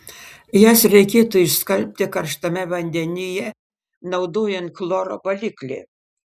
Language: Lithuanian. jas reikėtų išskalbti karštame vandenyje naudojant chloro baliklį